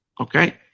Okay